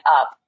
up